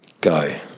Go